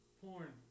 porn